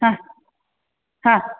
हां हां